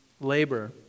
labor